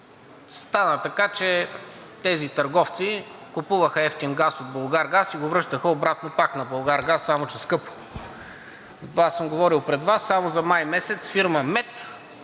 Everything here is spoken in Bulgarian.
стана така, че тези търговци купуваха евтин газ от Булгаргаз и го връщаха обратно пак на Булгаргаз, само че скъпо. Това съм го говорил пред Вас. Само за май месец фирма МЕТ